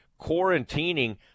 quarantining